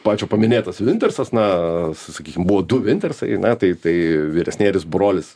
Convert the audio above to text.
pačio paminėtas vintersas na sakykim buvo du vintersai na tai tai vyresnėlis brolis